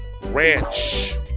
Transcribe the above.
Ranch